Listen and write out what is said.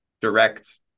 direct